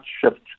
shift